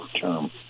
term